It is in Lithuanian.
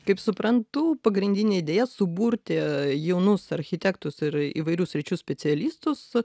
kaip suprantu pagrindinė idėja suburti jaunus architektus ir įvairių sričių specialistus